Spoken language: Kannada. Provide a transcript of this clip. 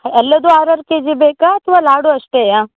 ಎಲ್ಲವೂ ಆರು ಆರು ಕೆಜಿ ಬೇಕಾ ಅಥವಾ ಲಾಡು ಅಷ್ಟೇನಾ